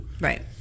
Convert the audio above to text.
Right